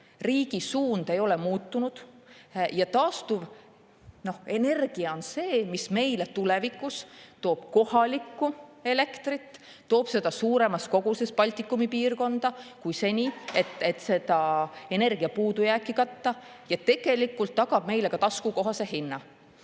riigi suund ei ole muutunud ja taastuvenergia on see, mis meile tulevikus toob kohalikku elektrit, toob seda suuremas koguses Baltikumi piirkonda kui seni, et katta energiapuudujääki, ja tagab meile ka taskukohase hinna.